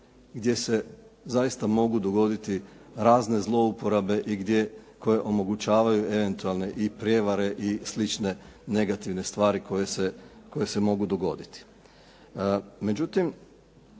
gdje se zaista mogu dogoditi razne zlouporabe i gdje, koje omogućavaju eventualne i prijevare i slične negativne stvari koje se mogu dogoditi.